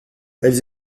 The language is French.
elles